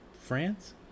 france